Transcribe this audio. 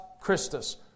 Christus